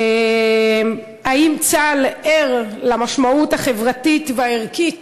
האם צה"ל ער למשמעות החברתית והערכית